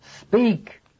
Speak